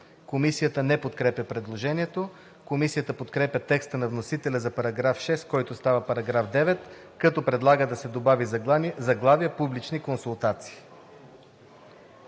Комисията не подкрепя предложението. Комисията подкрепя текста на вносителя за § 6, който става § 9, като предлага да се добави заглавие „Публични консултации“.